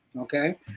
Okay